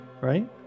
right